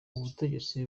ubutegetsi